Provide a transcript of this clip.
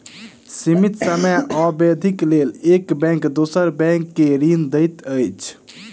सीमित समय अवधिक लेल एक बैंक दोसर बैंक के ऋण दैत अछि